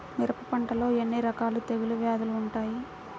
మిరప పంటలో ఎన్ని రకాల తెగులు వ్యాధులు వుంటాయి?